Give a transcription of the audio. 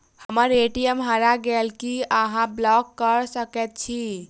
हम्मर ए.टी.एम हरा गेल की अहाँ ब्लॉक कऽ सकैत छी?